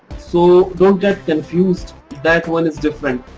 so don't get confused that one is different.